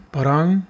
Parang